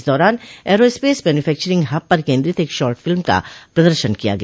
इस दौरान aerospace manufacturing hub पर केन्द्रित एक शार्ट फिल्म का प्रदर्शन किया गया